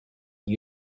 new